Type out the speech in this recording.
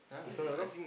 if I'm not wrong